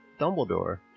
Dumbledore